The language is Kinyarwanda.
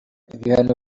ibihano